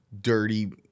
dirty